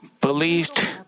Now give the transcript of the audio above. believed